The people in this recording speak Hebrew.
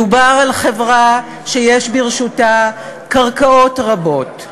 מדובר על חברה שיש ברשותה קרקעות רבות,